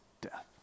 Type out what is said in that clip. death